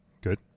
Good